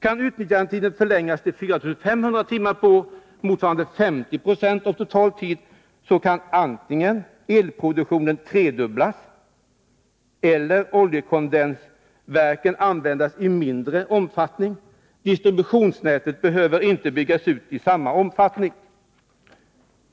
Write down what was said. Kan utnyttjandetiden förlängas till 4 500 timmar per år, motsvarande ca 50 76 av total tid, så kan antingen elproduktionen tredubblas eller oljekondensverken användas i mindre omfattning, och distributionsnätet behöver inte byggas ut i samma omfattning.